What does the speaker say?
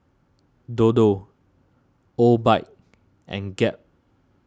Dodo Obike and Gap